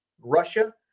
Russia